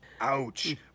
Ouch